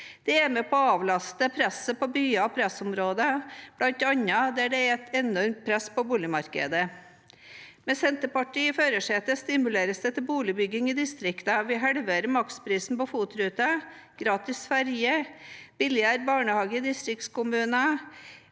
Det er med på å avlaste presset på byer og pressområder, bl.a. der det er et enormt press på boligmarkedet. Med Senterpartiet i førersetet stimuleres det til boligbygging i distriktene. Vi halverer maksprisen på FOT-ruter og gir gratis ferge, billigere barnehage i distriktskommuner